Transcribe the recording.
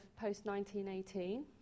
post-1918